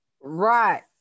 Right